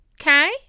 Okay